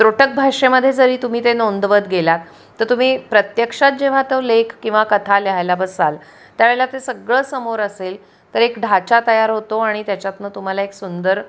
त्रोटक भाषेमध्ये जरी तुम्ही ते नोंदवत गेलात तर तुम्ही प्रत्यक्षात जेव्हा तो लेख किंवा कथा लिहायला बसाल त्या वेळेला ते सगळं समोर असेल तर एक ढाचा तयार होतो आणि त्याच्यातनं तुम्हाला एक सुंदर